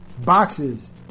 boxes